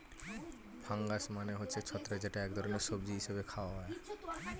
fungus মানে হচ্ছে ছত্রাক যেটা এক ধরনের সবজি হিসেবে খাওয়া হয়